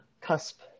cusp